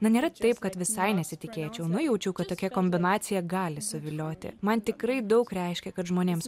na nėra taip kad visai nesitikėčiau nujaučiau kad tokia kombinacija gali suvilioti man tikrai daug reiškia kad žmonėms